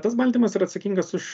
tas baltymas yra atsakingas už